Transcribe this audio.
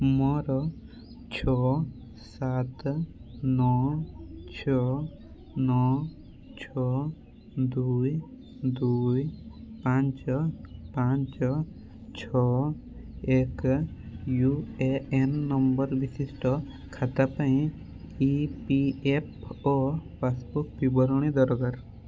ମୋର ଛଅ ସାତ ନଅ ଛଅ ନଅ ଛଅ ଦୁଇ ଦୁଇ ପାଞ୍ଚ ପାଞ୍ଚ ଛଅ ଏକ ୟୁ ଏ ଏନ୍ ନମ୍ବର ବିଶିଷ୍ଟ ଖାତା ପାଇଁ E P F O passbook ବିବରଣୀ ଦରକାର